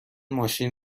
ماشین